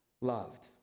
loved